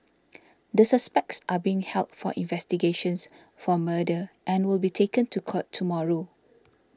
the suspects are being held for investigations for murder and will be taken to court tomorrow